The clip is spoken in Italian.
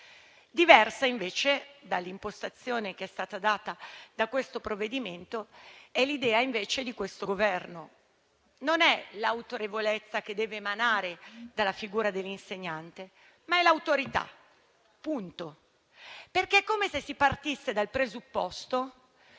Diversa, dall'impostazione che è stata data da questo provvedimento, è l'idea invece di questo Governo: non è l'autorevolezza che deve emanare dalla figura dell'insegnante, ma è l'autorità, punto. È come se si partisse dal presupposto